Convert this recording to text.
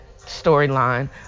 storyline